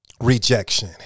rejection